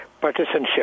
partisanship